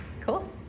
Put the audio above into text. Cool